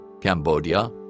Cambodia